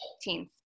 teens